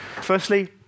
Firstly